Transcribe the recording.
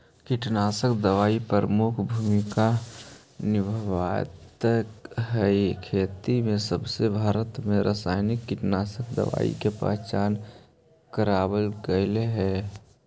कीटनाशक दवाई प्रमुख भूमिका निभावाईत हई खेती में जबसे भारत में रसायनिक कीटनाशक दवाई के पहचान करावल गयल हे